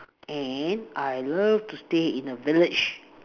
and I love to stay in a village